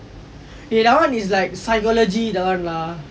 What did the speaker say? eh that one is like psychology that one lah